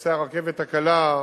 נושא הרכבת הקלה,